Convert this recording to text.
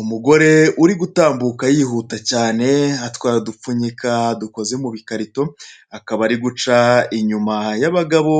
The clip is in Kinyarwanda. Umugore uri gutambuka yihuta cyane atwaye udupfunyika dukoze mu bikarito akaba ari guca inyuma y'abagabo